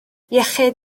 iechyd